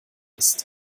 ist